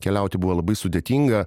keliauti buvo labai sudėtinga